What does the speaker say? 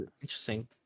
Interesting